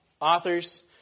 authors